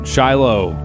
Shiloh